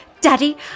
Daddy